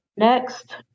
Next